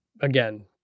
again